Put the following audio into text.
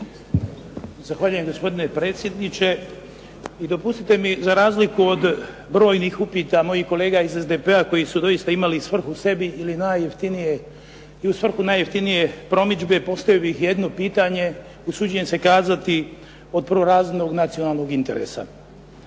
Ivan (HDZ)** Gospodine predsjedniče. Dopustite mi, za razliku od brojnih upita mojih kolega iz SDP-a koji su doista svrhu sebi i u svrhu najjeftinije promidžbe, postavio bih jedno pitanje, usuđujem se kazati od prvorazrednog nacionalnog interesa.